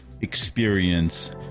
experience